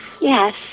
Yes